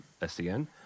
SCN